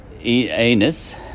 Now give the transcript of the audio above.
anus